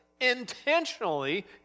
intentionally